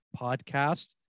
podcast